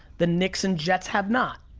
the knicks and jets have not.